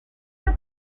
del